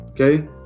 Okay